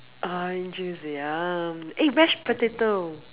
orange juice yum eh mash potato